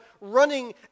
running